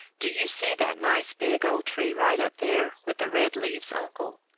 do you see that nice big old tree right up there with the red leaves, uncle?